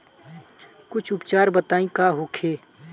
कुछ उपचार बताई का होखे?